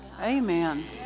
Amen